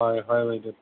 হয় হয় বাইদেউ